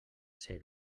ser